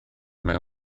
mewn